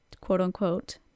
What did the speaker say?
quote-unquote